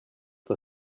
the